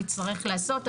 נצטרך לעשות,